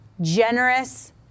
generous